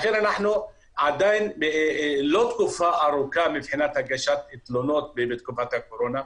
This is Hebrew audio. לכן אנחנו עדיין לא תקופה ארוכה מבחינת הגשת תלונות בתקופת הקורונה.